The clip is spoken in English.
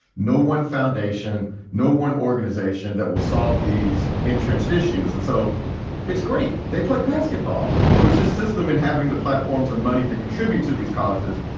no one foundation, no one organization that will solve these entrenched issues. and so it's great they play basketball, which is system, and having the platforms of money to contribute to these causes,